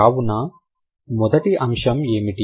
కావున మొదటి అంశం ఏమిటి